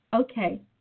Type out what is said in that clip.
okay